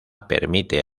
permite